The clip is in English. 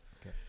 Okay